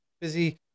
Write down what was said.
busy